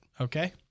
Okay